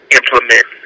implement